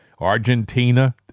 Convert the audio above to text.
Argentina